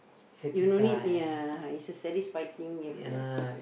you no need ya is a satisfied thing ya correct